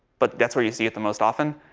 but that's where you see it the most often,